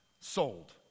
Sold